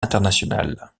internationale